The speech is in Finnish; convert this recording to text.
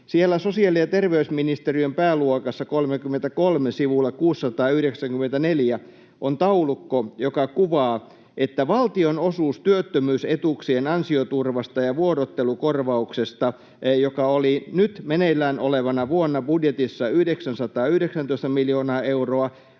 sosiaali- ja terveysministeriön pääluokassa 33 sivulla 694 on taulukko, joka kuvaa sitä, että valtionosuus työttömyysetuuksien ansioturvasta ja vuorottelukorvauksesta, joka oli nyt meneillään olevana vuonna budjetissa 919 miljoonaa euroa,